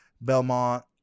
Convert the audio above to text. Belmont